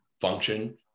function